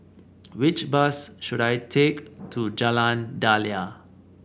which bus should I take to Jalan Daliah